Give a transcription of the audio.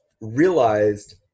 realized